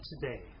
today